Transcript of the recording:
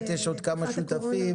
תוספת,